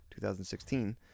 2016